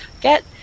get